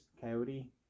coyote